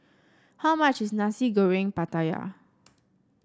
how much is Nasi Goreng Pattaya